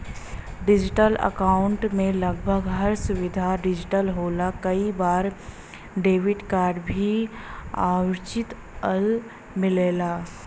digital account में लगभग हर सुविधा डिजिटल होला कई बार डेबिट कार्ड भी वर्चुअल मिलला